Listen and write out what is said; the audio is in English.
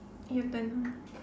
your turn ah